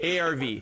ARV